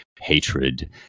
hatred